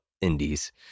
indies